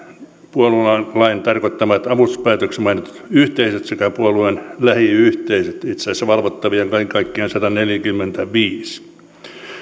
puoluelain tarkoittamat avustuspäätöksessä mainitut yhteisöt sekä puolueen lähiyhteisöt itse asiassa valvottavia on kaiken kaikkiaan sataneljäkymmentäviisi